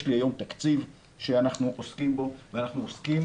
יש לי היום תקציב שאנחנו עוסקים בו ואנחנו עושים,